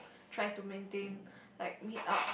try to maintain like meet up